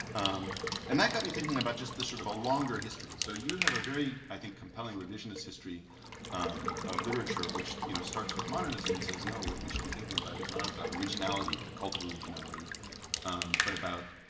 um and that got me thinking about just the sort of a longer history so you have a very i think compelling revisionist history of literature which you know starts with modernism and says no what we should be thinking about is not about originality the cult of originality but about